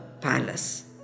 palace